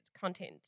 content